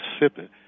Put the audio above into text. Mississippi